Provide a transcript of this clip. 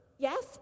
Yes